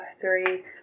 three